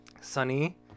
Sunny